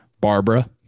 Barbara